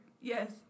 Yes